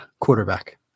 quarterback